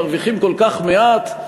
מרוויחים כל כך מעט,